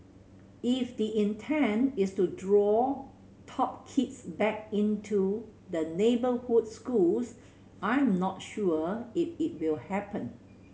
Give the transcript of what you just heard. if the intent is to draw top kids back into the neighbourhood schools I'm not sure if it will happen